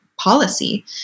policy